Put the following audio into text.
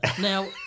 now